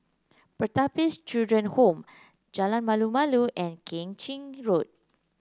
Pertapis Children Home Jalan Malu Malu and Keng Chin Road